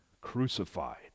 crucified